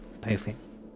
perfect